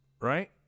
Right